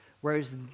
Whereas